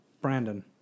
Brandon